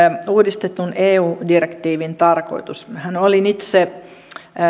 uudistetun eu direktiivin tarkoitus minähän olin itse